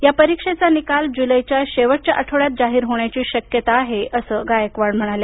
या परीक्षेचा निकाल जुलैच्या शेवटच्या आठवड्यात जाहीर होण्याची शक्यता आहे असं गायकवाड म्हणाल्या